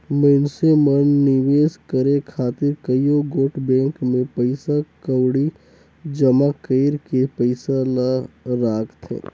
मइनसे मन निवेस करे खातिर कइयो गोट बेंक में पइसा कउड़ी जमा कइर के पइसा ल राखथें